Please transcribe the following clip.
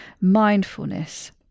mindfulness